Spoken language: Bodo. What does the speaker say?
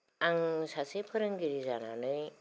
आङो सासे फोरोंगिरि जानानै